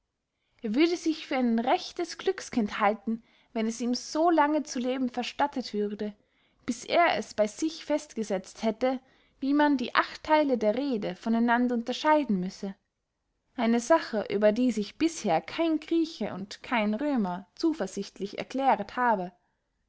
er würde sich für ein rechtes glückskind halten wenn es ihm so lange zu leben verstattet würde bis er es bey sich festgesetzt hätte wie man die acht theile der rede von einander unterscheiden müsse eine sache über die sich bisher kein grieche und kein römer zuversichtlich erkläret habe